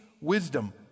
wisdom